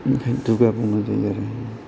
ओंखायनो दुगा बुङो